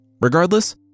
Regardless